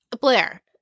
blair